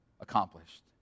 accomplished